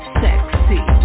sexy